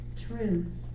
truth